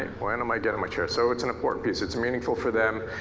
when am i getting my chair? so it's an important piece, it's meaningful for them.